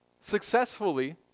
successfully